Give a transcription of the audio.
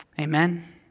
Amen